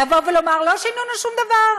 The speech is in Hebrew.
לבוא ולומר: לא שינינו שום דבר,